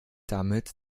damit